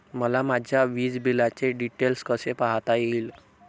मला माझ्या वीजबिलाचे डिटेल्स कसे पाहता येतील?